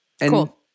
Cool